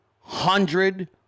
hundred